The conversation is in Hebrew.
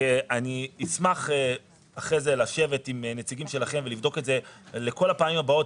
אני אשמח אחרי זה לשבת עם נציגים שלכם ולבדוק את זה לכל הפעמים הבאות.